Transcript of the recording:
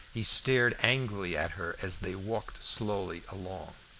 he stared angrily at her as they walked slowly along.